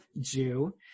Jew